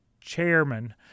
chairman